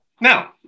Now